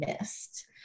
missed